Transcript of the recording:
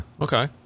Okay